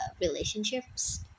relationships